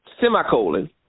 semicolon